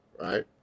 right